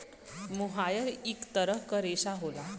मोहायर इक तरह क रेशा होला